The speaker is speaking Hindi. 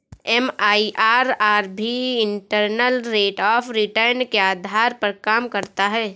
एम.आई.आर.आर भी इंटरनल रेट ऑफ़ रिटर्न के आधार पर काम करता है